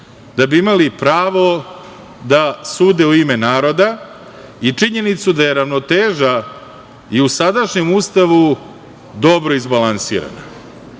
da bi imali pravo da sude u ime naroda i činjenicu da je ravnoteža i u sadašnjem Ustavu dobro izbalansirana,